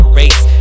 race